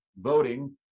Voting